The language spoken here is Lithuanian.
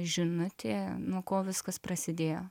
žinutė nuo ko viskas prasidėjo